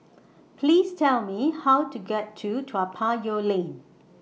Please Tell Me How to get to Toa Payoh Lane